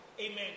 amen